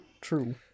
True